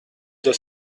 deux